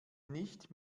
nicht